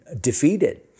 defeated